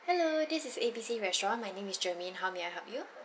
hello this is A_B_C restaurant my name is germaine how may I help you